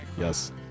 Yes